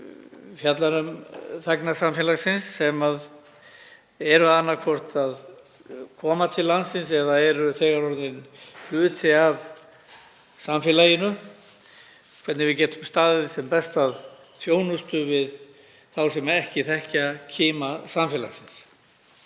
fjallar um þegna samfélagsins sem eru annaðhvort að koma til landsins eða eru þegar orðnir hluti af samfélaginu og hvernig við getum staðið sem best að þjónustu við þá sem ekki þekkja kima samfélagsins.